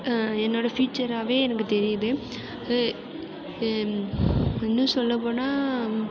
என்னோட ஃபீச்சராகவே எனக்கு தெரியிது இன்னும் சொல்லப்போனா